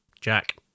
Jack